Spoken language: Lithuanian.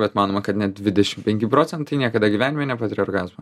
bet manoma kad net dvidešim penki procentai niekada gyvenime nepatiria orgazmo